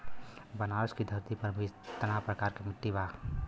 बनारस की धरती पर कितना प्रकार के मिट्टी बा?